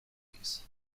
release